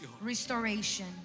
Restoration